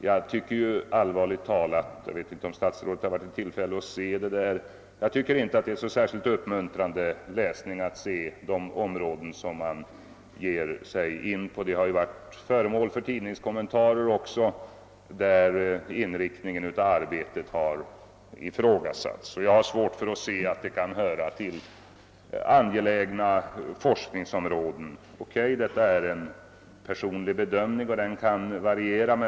Jag tycker allvarligt talat — jag vet inte om statsrådet har haft tillfälle att observera detta — att det inte är särskilt uppmuntrande att notera vilka områden man ger sig in på. Verksamheten har varit föremål för tidningskommentarer, där arbetets inriktning har ifrågasatts. Jag har svårt att förstå att detta arbete kan höra till de angelägna forskningsuppgifterna. Okay, detta är en personlig bedömning, och den kan variera.